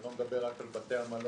אני לא מדבר רק על בתי המלון.